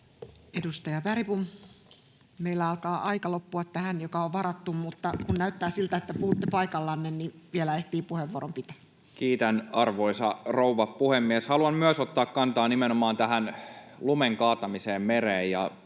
Edustaja Bergbom. — Meillä alkaa loppua tähän aika, joka on varattu, mutta kun näyttää siltä, että puhutte paikaltanne, niin vielä ehtii puheenvuoron pitää. Kiitän, arvoisa rouva puhemies! Haluan myös ottaa kantaa nimenomaan tähän lumen kaatamiseen mereen.